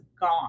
gone